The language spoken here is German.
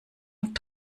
und